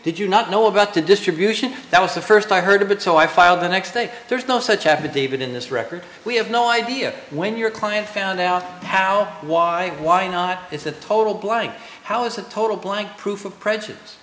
did you not know about the distribution that was the first i heard of it so i filed the next day there's no such affidavit in this record we have no idea when your client found out how why why not it's a total blank how is a total blank proof of prejudice